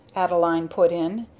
adeline put in.